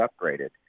upgraded